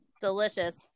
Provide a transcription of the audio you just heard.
Delicious